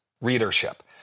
readership